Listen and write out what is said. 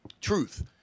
Truth